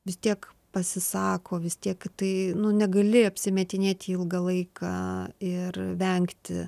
vis tiek pasisako vis tiek tai negali apsimetinėti ilgą laiką ir vengti